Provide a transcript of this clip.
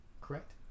correct